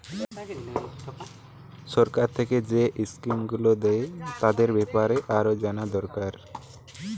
সরকার থিকে যেই স্কিম গুলো দ্যায় তাদের বেপারে আরো জানা দোরকার